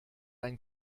ein